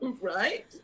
right